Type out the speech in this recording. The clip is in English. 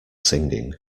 singing